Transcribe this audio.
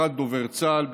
ובפרט דובר צה"ל,